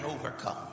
overcome